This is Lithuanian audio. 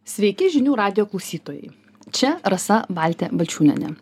sveiki žinių radijo klausytojai čia rasa baltė balčiūnienė